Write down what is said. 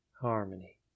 harmony